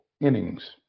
innings